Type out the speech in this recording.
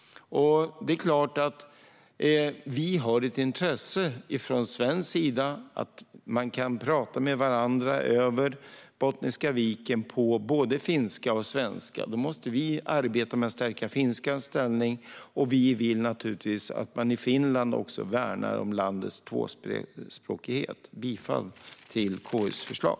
Om vi från svensk sida har ett intresse av att vi ska kunna tala med varandra över Bottniska viken på både finska och svenska är det klart att vi måste arbeta med att stärka finskans ställning. Vi vill naturligtvis att man också i Finland värnar om landets tvåspråkighet. Jag yrkar bifall till KU:s förslag.